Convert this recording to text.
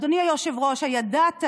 אדוני היושב-ראש, הידעת